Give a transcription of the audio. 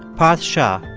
parth shah,